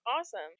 awesome